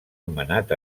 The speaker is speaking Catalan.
nomenat